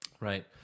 Right